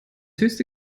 höchste